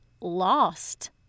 lost